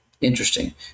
Interesting